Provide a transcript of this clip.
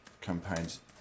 campaigns